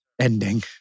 ending